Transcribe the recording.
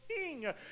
king